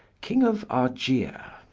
king of argier.